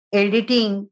editing